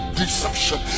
deception